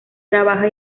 trabaja